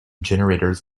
generators